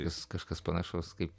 nes kažkas panašaus kaip